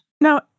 Now